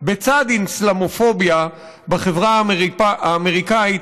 בצד אסלאמופוביה בחברה האמריקאית,